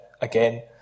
again